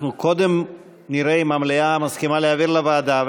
אנחנו קודם נראה אם המליאה מסכימה להעביר לוועדה,